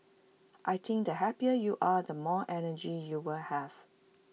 I think the happier you are the more energy you will have